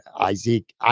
Isaac